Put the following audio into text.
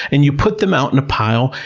and you put them out in a pile,